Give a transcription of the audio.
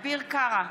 אביר קארה,